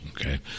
okay